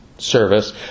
Service